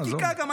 הצגה, עזוב.